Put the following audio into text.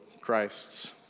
Christs